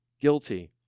guilty